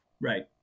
Right